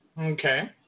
Okay